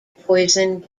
poison